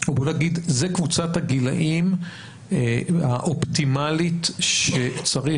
או בוא נגיד זו קבוצת הגילאים האופטימלית שצריך